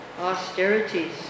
austerities